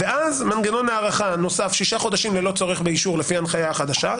ואז מנגנון הארכה נוסף שישה חודשים ללא צורך באישור לפי ההנחיה החדשה,